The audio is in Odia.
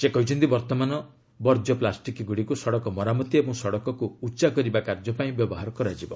ସେ କହିଛନ୍ତି ବର୍ତ୍ତମାନ ବର୍ଜ୍ୟ ପ୍ଲାଷ୍ଟିକ୍ଗୁଡ଼ିକୁ ସଡ଼କ ମରାମତି ଓ ସଡ଼କକୁ ଉଚ୍ଚା କରିବା କାର୍ଯ୍ୟ ପାଇଁ ବ୍ୟବହାର କରାଯିବ